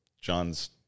John's